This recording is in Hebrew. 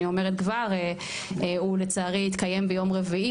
אני אומרת כבר הוא לצערי יתקיים ביום רביעי,